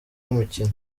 w’imikino